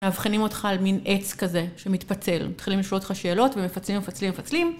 מאבחנים אותך על מין עץ כזה שמתפצל, מתחילים לשאול אותך שאלות ומפצלים, מפצלים, מפצלים.